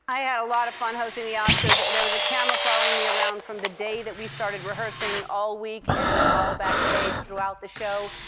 i had a lot of fun hosting the oscars. there was a camera following me around from the day that we started rehearsing all week and all backstage throughout the show.